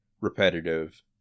repetitive